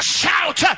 shout